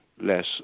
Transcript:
less